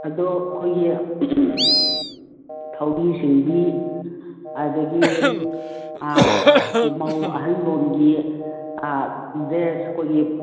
ꯑꯗꯣ ꯑꯩꯈꯣꯏꯒꯤ ꯊꯧꯔꯤ ꯆꯤꯡꯕꯤ ꯑꯗꯒꯤ ꯃꯧ ꯑꯍꯟ ꯂꯣꯝꯒꯤ ꯗ꯭ꯔꯦꯁ ꯑꯩꯈꯣꯏꯒꯤ